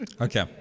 Okay